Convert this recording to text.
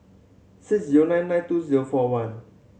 six zero nine nine two zero four one